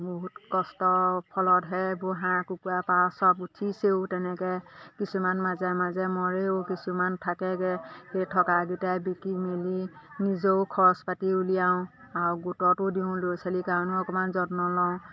বহুত কষ্ট ফলতহে এইবোৰ হাঁহ কুকুৰা পাৰ চব উঠিছেও তেনেকৈ কিছুমান মাজে মাজে মৰেও কিছুমান থাকেগৈ সেই থকাকেইটাই বিকি মেলি নিজেও খৰচ পাতি উলিয়াওঁ আৰু গোটতো দিওঁ ল'ৰা ছোৱালীৰ কাৰণেও অকণমান যত্ন লওঁ